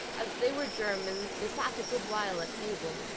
as they were germans, they sat a good while at table,